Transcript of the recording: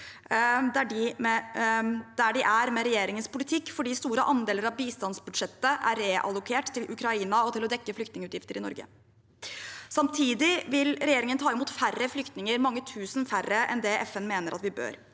der de er, med regjeringens politikk. Det er fordi store andeler av bistandsbudsjettet er relokert til Ukraina og til å dekke flyktningutgifter i Norge. Samtidig vil regjeringen ta imot færre flyktninger – mange tusen færre enn det FN mener at vi bør.